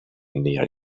near